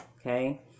Okay